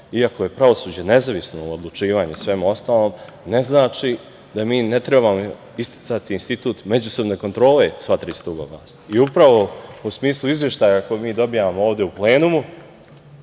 iako je pravosuđe nezavisno u odlučivanju i svemu ostalom, ne znači da mi ne trebamo isticati institut međusobne kontrole sva tri stuba vlasti, i upravo u smislu izveštaja koje mi dobijamo ovde u plenumu,